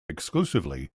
exclusively